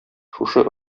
шушы